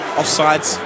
offsides